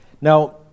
Now